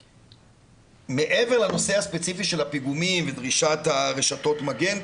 מעבר לנושא הספציפי של הפיגומים ודרישת רשתות המגן,